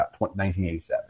1987